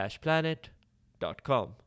planet.com